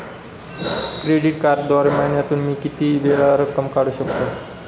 Credit कार्डद्वारे महिन्यातून मी किती वेळा रक्कम काढू शकतो?